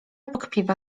pokpiwa